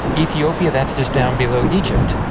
ethiopia, that is just down below egypt.